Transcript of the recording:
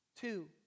Two